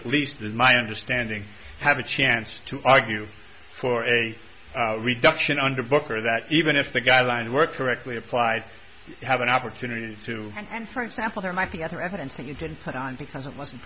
at least in my understanding have a chance to argue for a reduction under book or that even if the guidelines work correctly applied have an opportunity to and from sample there might be other evidence that you can put on because it wasn't